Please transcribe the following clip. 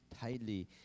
tightly